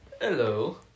hello